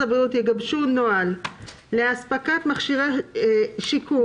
החינוך יגבשו נוהל לאספקת מכשירי שיקום".